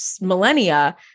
millennia